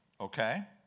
Okay